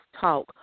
talk